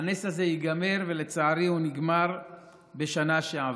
הנס הזה ייגמר, ולצערי הוא נגמר בשנה שעברה.